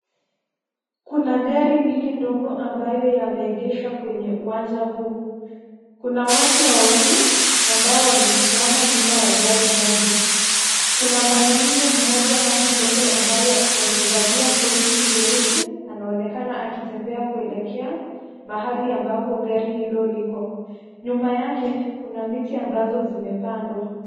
Kuna gari mbili ndogo ambayo yameegeshwa kwenye uwanja huu. Kuna watu wawili ambao wamesimama nyuma ya gari moja. Kuna mwanaume mmoja hapa mbele ambaye amevalia koti nyeusi anaonekana akitembea kuelekea mahali ambapo gari hilo liko. Nyuma yake kuna miti ambazo zimepandwa.